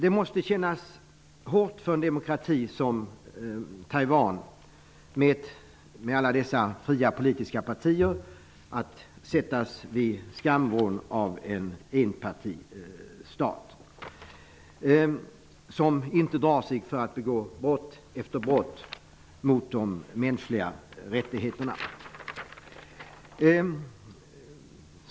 Det måste kännas hårt för en demokrati som en Taiwan, med alla dessa fria politiska partier, att sättas i skamvrån av en enpartistat som inte drar sig för att begå brott efter brott mot de mänskliga rättigheterna.